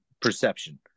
perception